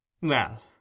Well